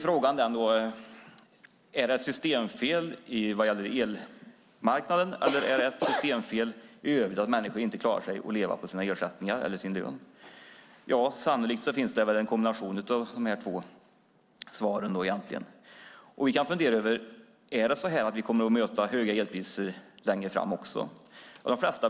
Frågan är om det är ett systemfel vad gäller elmarknaden eller om det är ett systemfel i övrigt att människor inte klarar av att leva på sin ersättning eller sin lön. Sannolikt är det en kombination av båda. Vi kan fundera på om vi kommer att mötas av höga elpriser även framöver.